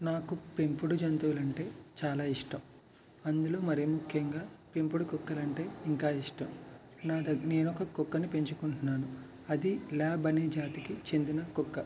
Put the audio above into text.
నాకు పెంపుడు జంతువులంటే చాలా ఇష్టం అందులో మరీ ముఖ్యంగా పెంపుడు కుక్కలంటే ఇంకా ఇష్టం న దగ్గర నేను ఒక కుక్కను పెంచుకుంటున్నాను అది ల్యాబ్ అనే జాతికి చెందిన కుక్క